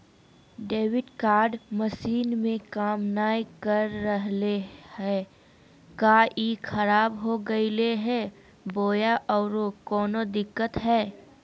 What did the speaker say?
Debit card machine में काम नाय कर रहले है, का ई खराब हो गेलै है बोया औरों कोनो दिक्कत है?